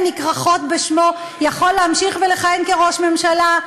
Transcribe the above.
נכרכות בשמו יכול להמשיך ולכהן כראש ממשלה?